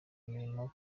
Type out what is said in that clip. imirimo